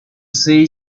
say